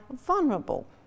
vulnerable